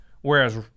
whereas